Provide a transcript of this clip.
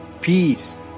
peace